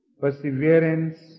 perseverance